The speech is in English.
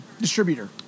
distributor